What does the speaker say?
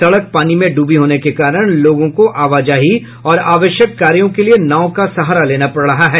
सड़के पानी में ड्बी होने के कारण लोगों को आवाजाही और आवश्यक कार्यों के लिए नाव का सहारा लेना पड़ रहा है